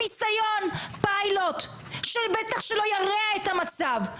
ניסיון, פיילוט, שבטח שלא ירע את המצב.